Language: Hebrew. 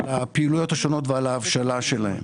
על הפעילויות השונות ועל ההבשלה שלהן.